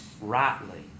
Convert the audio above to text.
rightly